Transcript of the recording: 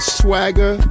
swagger